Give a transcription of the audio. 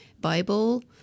Bible